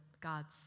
God's